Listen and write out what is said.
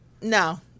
no